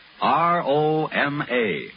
R-O-M-A